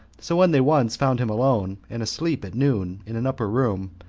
so when they once found him alone, and asleep at noon, in an upper room,